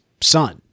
son